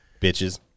Bitches